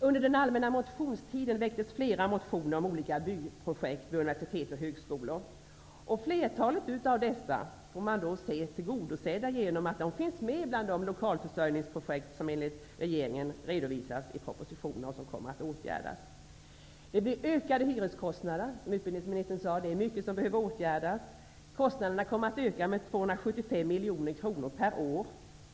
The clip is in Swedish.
Under allmänna motionstiden väcktes flera motioner om olika byggprojekt vid universitet och högskolor. Flertalet av dessa får ses som tillgodosedda genom att de finns med bland de lokalförsörjningsprojekt som kommer att åtgärdas enligt vad regeringen har redovisat i propositionen. Det blir ökade hyreskostnader. Som utbildningsministern sade är det mycket som behöver åtgärdas. Kostnaderna kommer att öka med 275 miljoner kronor per år.